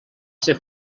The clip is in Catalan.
ser